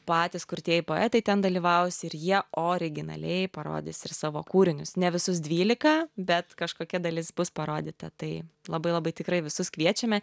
patys kurtieji poetai ten dalyvaus ir jie originaliai parodys ir savo kūrinius ne visus dvylika bet kažkokia dalis bus parodyta tai labai labai tikrai visus kviečiame